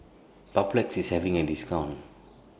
Papulex IS having A discount